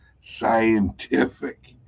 scientific